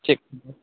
ᱪᱮᱫ